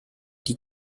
die